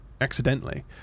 accidentally